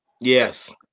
Yes